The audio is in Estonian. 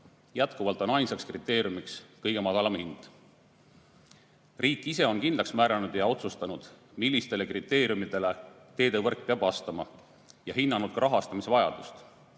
Jätkuvalt on ainsaks kriteeriumiks kõige madalam hind. Riik ise on kindlaks määranud ja otsustanud, millistele kriteeriumidele teevõrk peab vastama, ja hinnanud ka rahastamise vajadust.